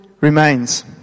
remains